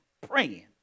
praying